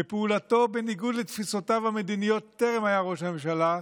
ופעולתו בניגוד לתפיסותיו המדיניות בטרם היה ראש הממשלה,